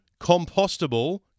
compostable